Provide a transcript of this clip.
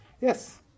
Yes